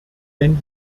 denn